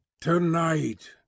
Tonight